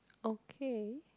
okay